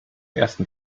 ersten